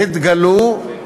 שהתגלו,